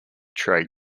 tray